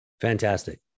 fantastic